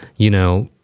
you know,